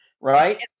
right